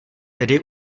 tedy